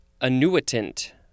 annuitant